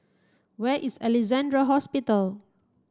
where is Alexandra Hospital